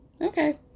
Okay